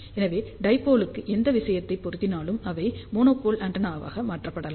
எனவே டைபோலுக்கு எந்த விஷயங்கள் பொருந்தினாலும் அவை மோனோபோல் ஆண்டெனாவாக மாற்றப்படலாம்